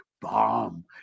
Bomb